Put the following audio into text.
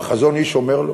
והחזון-אי"ש אומר לו: